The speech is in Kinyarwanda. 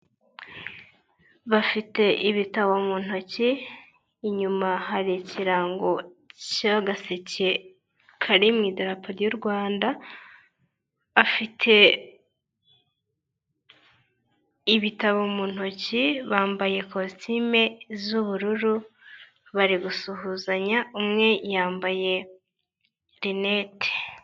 Bafite ibitabo mu ntoki, inyuma hari ikirango cy'agaseke kari mu idarapo ry'u Rwanda, afite ibitabo mu ntoki, bambaye kositime z'ubururu, bari gusuhuzanya, umwe yambaye rinete.